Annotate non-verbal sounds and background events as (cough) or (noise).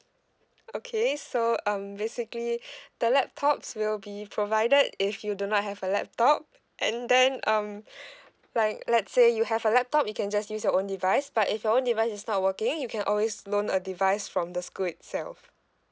okay so um basically (breath) the laptops will be provided if you do not have a laptop and then um (breath) like let's say you have a laptop you can just use your own device but if your own device is not working you can always loan a device from the school itself